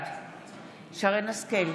בעד שרן מרים השכל,